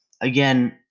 again